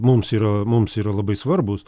mums yra mums yra labai svarbūs